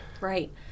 Right